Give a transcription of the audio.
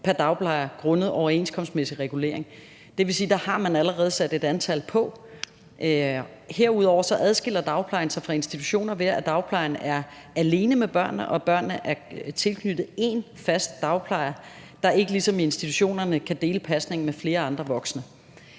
pr. dagplejer grundet overenskomstmæssig regulering. Det vil sige, at der har man allerede sat et antal på. Herudover adskiller dagplejen sig fra institutioner, ved at dagplejeren er alene med børnene, og at børnene er tilknyttet én fast dagplejer, der ikke ligesom i institutionerne kan dele pasningen med flere andre voksne.